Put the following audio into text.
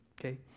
okay